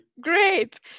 Great